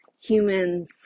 humans